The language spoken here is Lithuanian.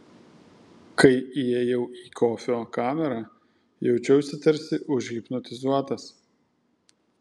kai įėjau į kofio kamerą jaučiausi tarsi užhipnotizuotas